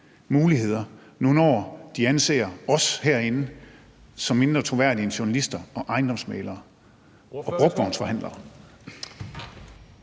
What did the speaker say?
muligheder nu, når de anser os herinde som mindre troværdige end journalister, ejendomsmæglere og brugtvognsforhandlere?